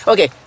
Okay